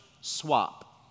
Swap